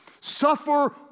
suffer